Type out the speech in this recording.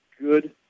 good